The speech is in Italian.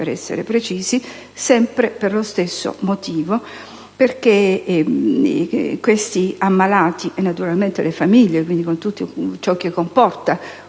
per essere precisi - sempre per lo stesso motivo, perché questi ammalati (e naturalmente le famiglie, con tutto ciò che comporta